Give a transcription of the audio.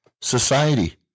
society